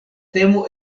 temo